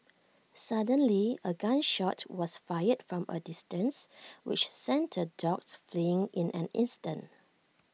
suddenly A gun shot was fired from A distance which sent the dogs fleeing in an instant